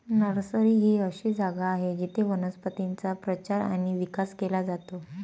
nursery ही अशी जागा आहे जिथे वनस्पतींचा प्रचार आणि विकास केला जातो